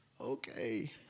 okay